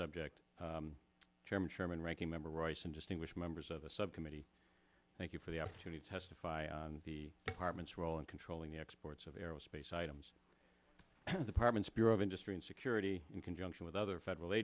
subject chairman chairman ranking member rice and distinguished members of the subcommittee thank you for the opportunity to testify on the department's role in controlling the exports of aerospace items department's bureau of industry and security in conjunction with other federal